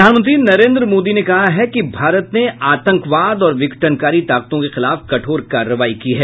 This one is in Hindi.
प्रधानमंत्री नरेंद्र मोदी ने कहा है कि भारत ने आतंकवाद और विघटनकारी ताकतों के खिलाफ कठोर कार्रवाई की है